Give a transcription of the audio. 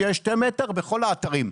שיהיה שני מטרים בכל האתרים.